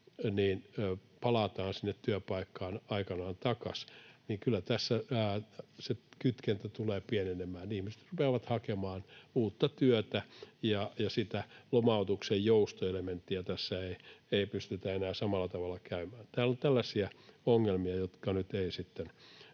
palataan sinne työpaikkaan takaisin, niin kyllä se kytkentä tässä tulee pienenemään. Ihmiset rupeavat hakemaan uutta työtä, ja sitä lomautuksen joustoelementtiä tässä ei pystytä enää samalla tavalla käyttämään. Täällä on tällaisia ongelmia, jotka nyt eivät sitten